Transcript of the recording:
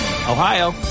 Ohio